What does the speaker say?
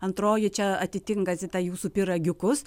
antroji čia atitinka zita jūsų pyragiukus